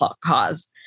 cause